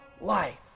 life